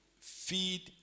feed